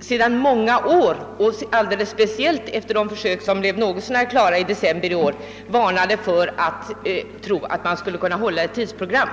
sedan många år, och alldeles speciellt efter de försök som blev något så när klara i december i fjol, varnade för alt tro att man skulle kunna hålla ett tidsprogram.